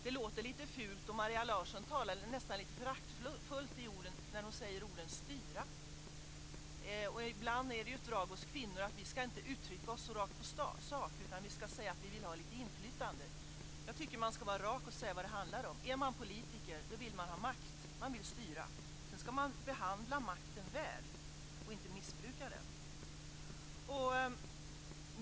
Det låter lite fult, och Maria Larsson talar nästan lite föraktfullt, när hon säger ordet "styra". Ibland är det ju ett drag hos kvinnor att vi inte ska uttrycka oss så rakt på sak. Vi ska säga att vi vill ha lite inflytande. Jag tycker att man ska vara rak och säga vad det handlar om. Är man politiker så vill man ha makt. Man vill styra. Sedan ska man behandla makten väl och inte missbruka den.